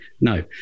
no